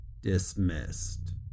Dismissed